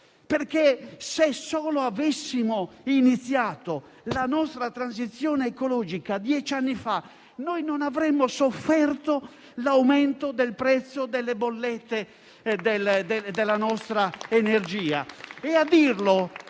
perché, se solo avessimo iniziato la nostra transizione ecologica dieci anni fa, non avremmo sofferto l'aumento del prezzo delle bollette e dell'energia.